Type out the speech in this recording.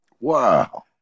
Wow